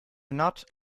not